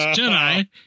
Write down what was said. Jedi